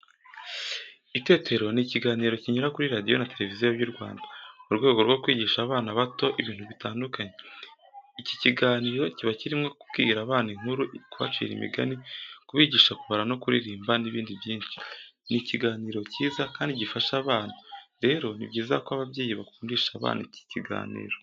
Itetero ni ikiganiro kinyura kuri radiyo na televiziyo by'u Rwanda, mu rwego rwo kwigisha abana bato ibintu bitandukanye. Iki kiganiro kiba kirimo kubwira abana inkuru, kubacira imigani, kubigisha kubara no kuririmba n'ibindi byinshi. Ni ikiganiro cyiza kandi gifasha abana, rero ni byiza ko ababyeyi bakundisha abana iki kiganiro.